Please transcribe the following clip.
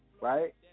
right